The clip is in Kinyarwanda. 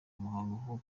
muhango